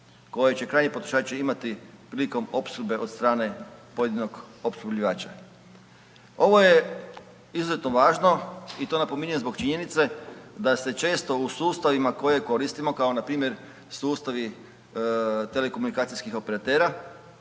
koji će krajnji potrošači imati prilikom opskrbe od strane pojedinog opskrbljivača. Ovo je izuzetno važno i to napominjem zbog činjenice da se često u sustavima koje koristimo kao npr. sustavi telekomunikacijskih operatera